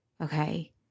Okay